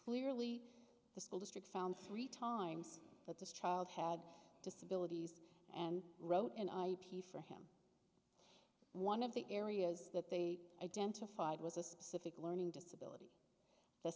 clearly school district found three times that this child had disabilities and wrote an ip for him one of the areas that they identified was a specific learning disability th